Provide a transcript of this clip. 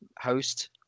host